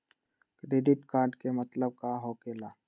Credit card के मतलब का होकेला?